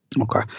Okay